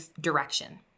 direction